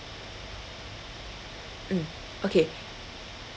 mm okay